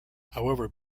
however